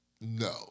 no